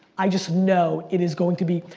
i just know it is going to be,